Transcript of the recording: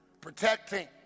protecting